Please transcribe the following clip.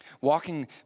Walking